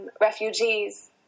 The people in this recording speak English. refugees